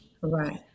Right